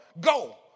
Go